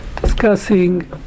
discussing